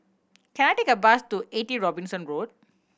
can I take a bus to Eighty Robinson Road